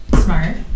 Smart